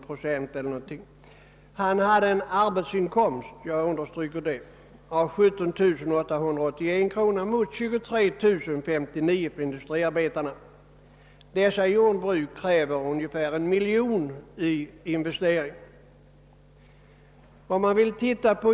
Brukarna av dessa hade en arbetsinkomst av 17881 kronor mot 23059 för industriarbetarna. Sådana jordbruk kräver ungefär 1 miljon kronor i investering.